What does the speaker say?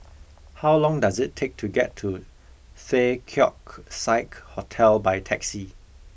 how long does it take to get to The Keong Saik Hotel by taxi